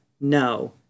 No